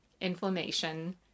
inflammation